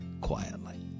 quietly